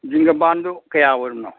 ꯖꯤꯡꯒ ꯕꯥꯟꯗꯨ ꯀꯌꯥ ꯑꯣꯏꯔꯝꯅꯣ